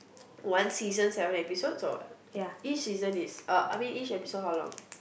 one season seven episodes or what each season is uh I mean each episode how long